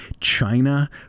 China